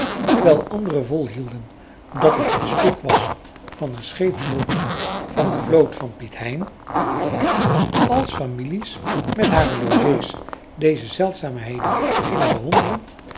terwijl anderen volhielden dat het een stuk was van een scheepsroeper van de vloot van piet hein als families met hare logé's deze zeldzaamheden gingen bewonderen